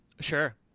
Sure